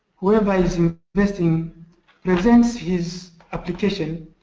whoever is investing presents his application.